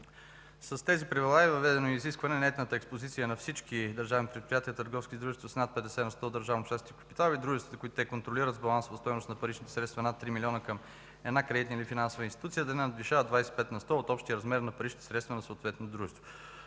С тези правила е въведено изискване нетната експозиция на всички държавни предприятия и търговски дружества с над 50 на сто държавно участие в капитала и дружества, които те контролират, с балансова стойност на парични средства над 3 милиона към една кредитна или финансова институция, да не надвишава 25 на сто от общия размер на паричните средства на съответното дружество.